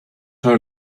her